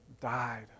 died